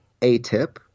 ATIP